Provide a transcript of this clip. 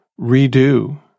redo